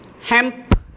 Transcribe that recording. hemp